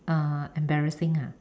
uh embarrassing ha